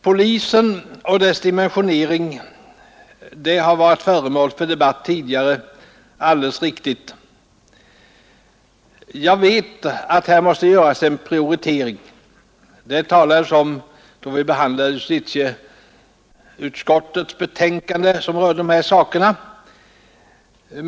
Polispersonalens dimensionering har alldeles riktigt tidigare varit föremål för debatt. Jag vet att här måste göras en prioritering. Detta talades det om, då vi behandlade justitieutskottets betänkande rörande de här sakerna.